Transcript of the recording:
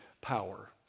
power